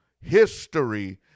History